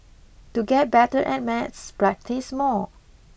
to get better at maths practise more